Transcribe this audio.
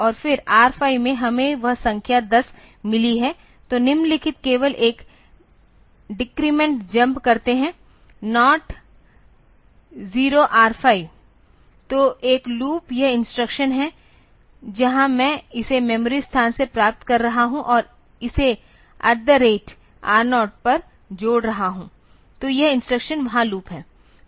और फिर R5 में हमें वह संख्या 10 मिली है तो निम्नलिखित केवल एक डेक्रेमेंट जम्प करते हैं not 0 R5 तो एक लूप यह इंस्ट्रक्शन है जहां मैं इसे मेमोरी स्थान से प्राप्त कर रहा हूं और इसे अत थे रेट R0 पर जोड़ रहा हूं तो यह इंस्ट्रक्शन वहाँ लूप है